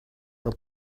fel